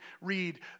read